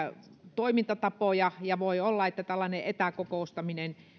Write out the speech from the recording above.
toimintatapoja ja voi olla että tällainen etäkokoustaminen